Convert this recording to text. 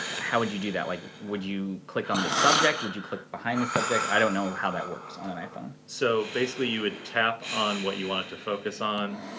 how would you do that? like, would you click on the subject, would you click behind the subject? i don't know how that works on an iphone. so, basically, you would tap on what you want it to focus on,